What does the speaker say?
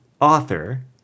author